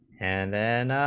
and then